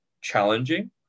challenging